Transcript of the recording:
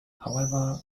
however